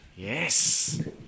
Yes